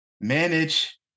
manage